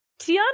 Tiana